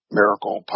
miracle